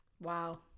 wow